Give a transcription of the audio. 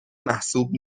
محسوب